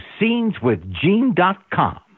sceneswithgene.com